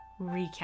recap